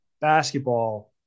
basketball